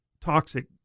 toxic